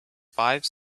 five